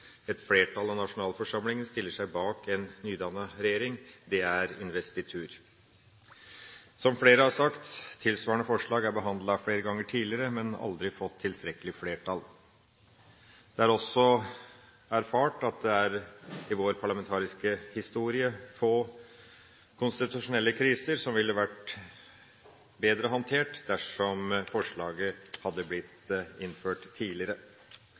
et flertall av nasjonalforsamlinga stiller seg bak en nydannet regjering. Det er investitur. Som flere har sagt, tilsvarende forslag er behandlet flere ganger tidligere, men har aldri fått tilstrekkelig flertall. Det er også erfart at det i vår parlamentariske historie er få konstitusjonelle kriser som ville vært bedre håndtert dersom forslaget hadde blitt innført tidligere.